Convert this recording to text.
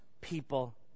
people